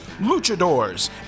luchadors